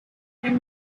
from